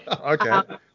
Okay